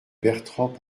bertrand